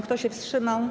Kto się wstrzymał?